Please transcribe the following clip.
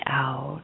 out